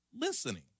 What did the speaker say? listening